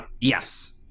Yes